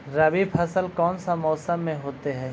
रवि फसल कौन सा मौसम में होते हैं?